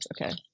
Okay